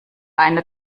eine